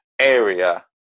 area